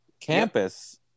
campus